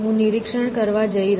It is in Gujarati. હું નિરીક્ષણ કરવા જઇ રહ્યો છું